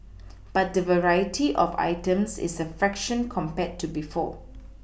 but the variety of items is a fraction compared to before